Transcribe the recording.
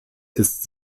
ist